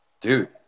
Dude